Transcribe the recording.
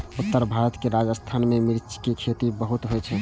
उत्तर भारत के राजस्थान मे मिर्च के खेती बहुत होइ छै